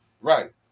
Right